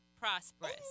prosperous